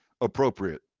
appropriate